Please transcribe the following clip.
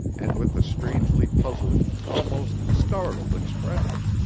and with a strangely puzzled, almost startled expression.